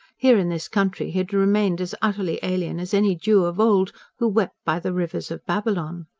here in this country, he had remained as utterly alien as any jew of old who wept by the rivers of babylon.